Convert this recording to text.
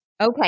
Okay